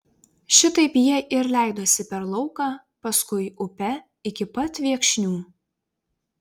šitaip jie ir leidosi per lauką paskui upe iki pat viekšnių